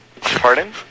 Pardon